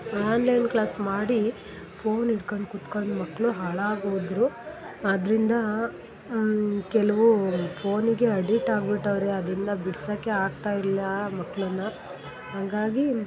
online class ಮಾಡಿ phone ಇಟ್ಕೊಂಡು ಕೂತ್ಕಂಡು ಮಕ್ಕಳು ಹಾಳಾಗಿ ಹೋದ್ರು ಅದರಿಂದ ಕೆಲವು ಫೋನಿಗೆ ಅಡಿಕ್ಟ್ ಆಗಿಬಿಟವ್ರೆ ಅದರಿಂದ ಬಿಡಿಸಕ್ಕೆ ಆಗ್ತಾ ಇಲ್ಲ ಮಕ್ಳನ್ನು ಹಂಗಾಗಿ